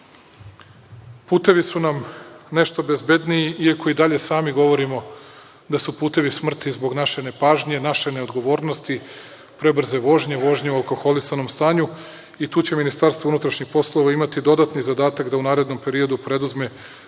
Putevi su nam nešto bezbedniji, iako i dalje sami govorimo da su putevi smrt i zbog naše nepažnje i naše neodgovornosti, prebrze vožnje, vožnje u alkoholisanom stanju i tu će Ministarstvo unutrašnjih poslova imati dodatni zadatak da u narednom periodu preduzme